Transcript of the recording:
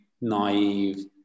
naive